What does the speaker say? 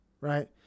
right